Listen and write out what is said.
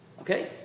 Okay